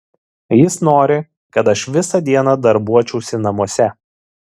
jis nori kad aš visą dieną darbuočiausi namuose